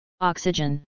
Oxygen